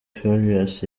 farious